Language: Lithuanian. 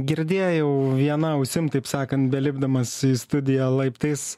girdėjau viena ausim taip sakant belipdamas į studiją laiptais